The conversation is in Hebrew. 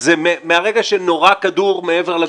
זה מהרגע שנורה כדור מעבר לגבול.